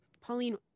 Pauline